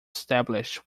established